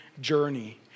journey